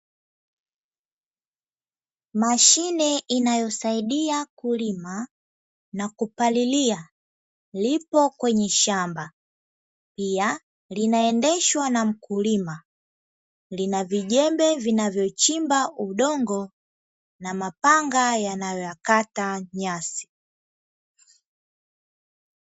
Mashine inayosaidia kulima na kupalilia ipo kwenye shamba, pia inaendeshwa na mkulima, ina vijembe vinavyochimba udongo na mapanga yanayokata nyasi.